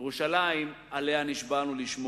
ירושלים שעליה נשבענו לשמור: